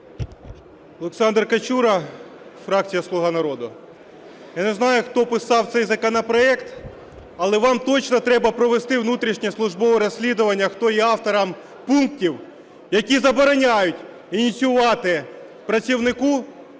Олександр Качура, фракція "Слуга народу". Я не знаю, хто писав цей законопроект, але вам точно треба провести внутрішнє службове розслідування, хто є автором пунктів, які забороняють ініціювати працівнику